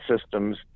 systems